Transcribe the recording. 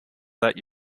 that